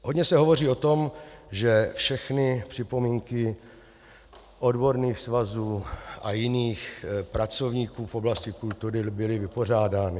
Hodně se hovoří o tom, že všechny připomínky odborných svazů a jiných pracovníků v oblasti kultury byly vypořádány.